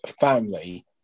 family